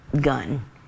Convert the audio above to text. gun